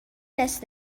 lässt